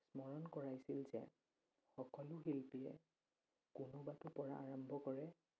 স্মৰণ কৰাইছিল যে সকলো শিল্পীয়ে কোনোবাটো পৰা আৰম্ভ কৰে